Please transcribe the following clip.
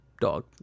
dog